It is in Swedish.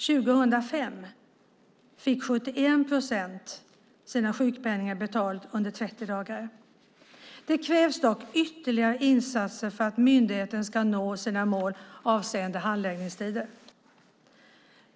År 2005 fick 71 procent sin sjukpenning utbetald inom 30 dagar. Det krävs dock ytterligare insatser för att myndigheten ska nå sina mål avseende handläggningstider.